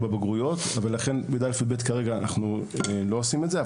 בבגרויות ולכן כרגע אנחנו לא עושים את זה.